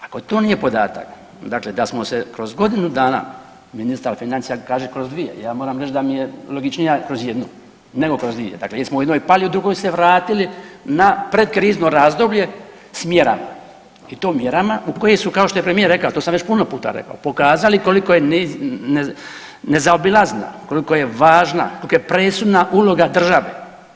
Ako to nije podatak dakle da smo se kroz godinu dana ministar financija kaže kroz dvije, ja moram reći da mi je logičnija kroz jednu nego kroz dvije, dakle jer smo u jednoj pali, u drugoj se vratili na predkrizno razdoblje s mjerama i to mjerama u koje su kao što je premijer rekao, to sam već puno puta rekao, pokazali koliko je nezaobilazna, koliko je važna, kolika je presudna uloga države.